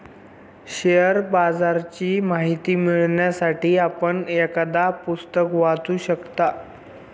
share बाजाराची माहिती मिळवण्यासाठी आपण एखादं पुस्तक वाचू शकता